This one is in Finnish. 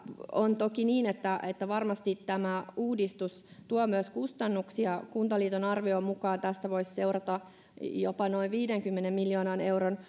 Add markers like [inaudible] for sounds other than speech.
on toki niin että että varmasti tämä uudistus tuo myös kustannuksia kuntaliiton arvion mukaan tästä voisi seurata jopa noin viidenkymmenen miljoonan euron [unintelligible]